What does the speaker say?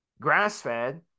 grass-fed